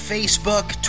Facebook